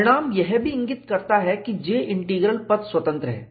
परिणाम यह भी इंगित करता है कि J इंटीग्रल पथ स्वतंत्र है